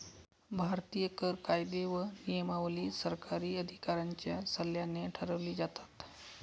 भारतीय कर कायदे व नियमावली सरकारी अधिकाऱ्यांच्या सल्ल्याने ठरवली जातात